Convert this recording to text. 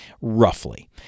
roughly